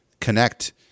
connect